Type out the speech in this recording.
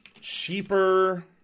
Cheaper